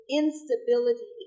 instability